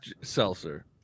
seltzer